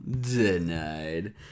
Denied